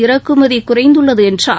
இறக்குமதி குறைந்துள்ளது என்றார்